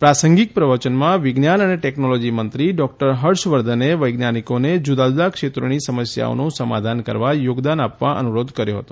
પ્રાસંગિક પ્રવચનમાં વિજ્ઞાન અને ટેકનોલોજી મંત્રી ડૉ હર્ષવર્ધને વૈજ્ઞાનિકોને જુદા જુદા ક્ષેત્રોની સમસ્યાઓનું સમાધાન કરવા યોગદાન આપવા અનુરોધ કર્યો હતો